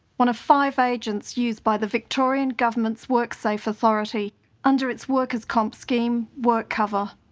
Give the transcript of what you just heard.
one of five agents used by the victorian government's worksafe authority under its workers comp scheme, workcover.